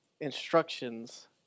instructions